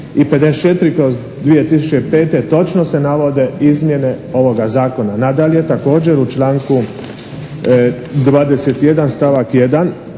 i 54/05. točno se navode izmjene ovoga zakona. Nadalje, također u članku 21. stavak 1.